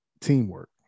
teamwork